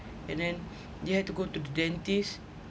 and then you have to go to the dentist